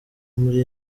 muri